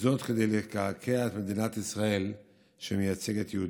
וזאת כדי לקעקע את מדינת ישראל שמייצגת יהודים.